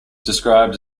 described